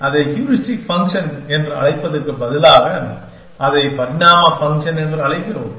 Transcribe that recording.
எனவே அதை heuristic function என்று அழைப்பதற்கு பதிலாக அதை பரிணாம ஃபங்க்ஷன் என்று அழைக்கிறோம்